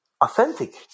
authentic